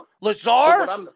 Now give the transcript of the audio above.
Lazar